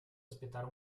aspettare